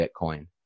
Bitcoin